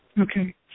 Okay